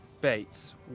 Bates